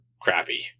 crappy